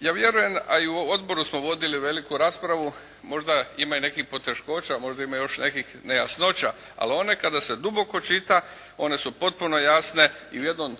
Ja vjerujem, a i u odboru smo vodili veliku raspravu, možda ima i nekih poteškoća, možda ima još nekih nejasnoća, ali one kada se duboko čita, one su potpuno jasne i u jednom